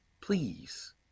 please